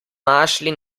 našli